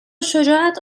شجاعت